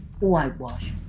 Whitewash